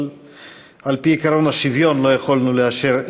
אבל על-פי עקרון השוויון לא יכולנו לאשר.